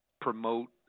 promote